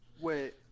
Wait